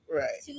right